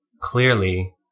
clearly